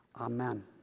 amen